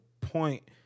point